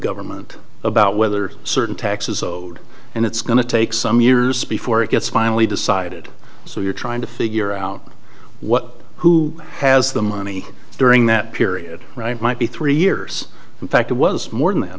government about whether certain taxes owed and it's going to take some years before it gets finally decided so you're trying to figure out what who has the money during that period right might be three years in fact it was more than